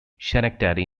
schenectady